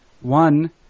one